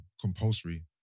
compulsory